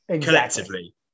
Collectively